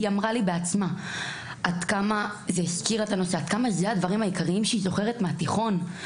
היא אמרה לי עד כמה אלה הדברים העיקריים שהיא זוכרת מבית ספר התיכון.